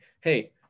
hey